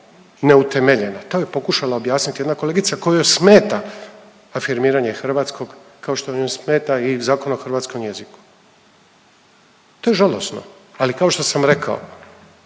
neutemeljena. To je pokušala objasniti jedna kolegica kojoj smeta afirmiranje hrvatskog kao što joj smeta i Zakon o hrvatskom jeziku. To je žalosno, ali kao što sam rekao